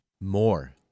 More